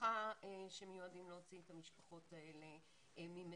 רווחה שמיועדים להוציא את המשפחות האלה ממצוקה,